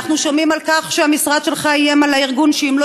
אנחנו שומעים על כך שהמשרד שלך איים על הארגון שאם לא